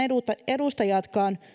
edustajatkaan